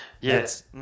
Yes